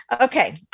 Okay